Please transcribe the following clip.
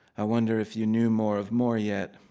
i wonder if you knew more of more yet.